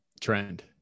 trend